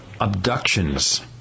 abductions